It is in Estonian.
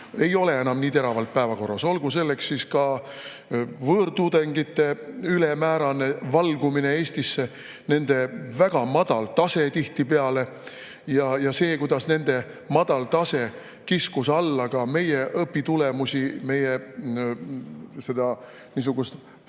ei ole enam nii teravalt päevakorras. Olgu selleks võõrtudengite ülemäärane valgumine Eestisse, nende väga madal tase tihtipeale ja see, et nende madal tase kiskus alla ka meie õpitulemusi, meie teatud